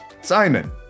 simon